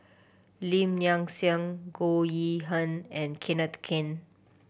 Lim Nang Seng Goh Yihan and Kenneth Keng